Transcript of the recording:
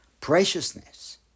preciousness